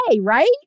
right